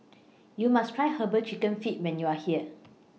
YOU must Try Herbal Chicken Feet when YOU Are here